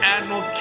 Admiral